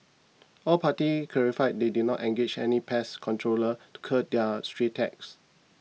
all parties clarified they did not engage any pest controllers to cull their stray cats